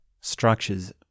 structures